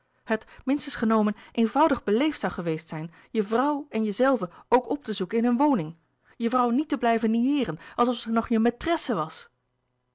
het minstens genomen eenvoudig beleefd zoû geweest zijn je vrouw en jezelven ook op te zoeken in hun woning je vrouw niet te blijven nieeren alsof ze nog je maîtresse was